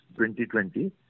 2020